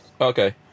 Okay